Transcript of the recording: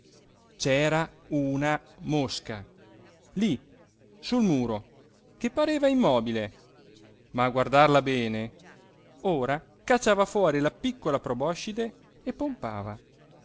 c'era una mosca lí sul muro che pareva immobile ma a guardarla bene ora cacciava fuori la piccola proboscide e pompava ora